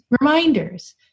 reminders